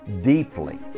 deeply